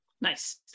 Nice